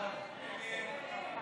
לחלופין של חבר